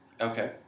Okay